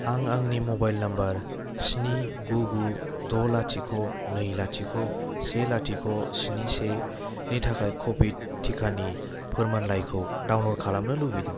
आं आंनि mobile number स्नि गु गु द' लाथिख' नै लाथिख' से लाथिख' स्नि सेनि थाखाय क'भिड टिकानि फोरमानलाइखौ डाउनल'ड खालामनो लुबैदों